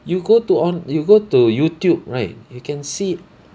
you go to on you go to youtube right you can see